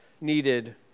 needed